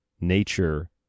nature